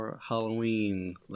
Halloween